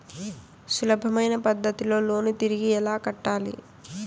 సులభమైన పద్ధతిలో లోను తిరిగి ఎలా కట్టాలి